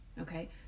Okay